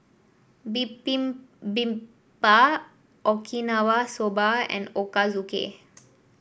Okinawa Soba and Ochazuke